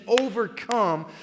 overcome